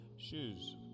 Shoes